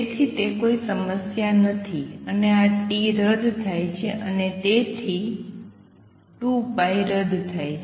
તેથી તે કોઈ સમસ્યા નથી અને આ t રદ થાય છે અને તેથી 2π રદ થાય છે